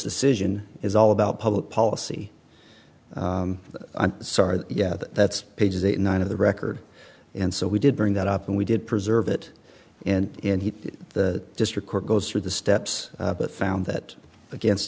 decision is all about public policy i'm sorry yeah that's pages eighty nine of the record and so we did bring that up and we did preserve it in the district court go through the steps but found it against